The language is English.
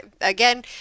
again